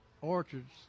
Orchards